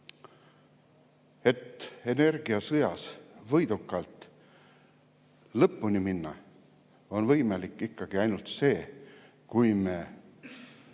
Energiasõjas võidukalt lõpuni minna on võimalik ikkagi ainult siis, kui me